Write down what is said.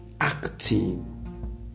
acting